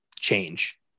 change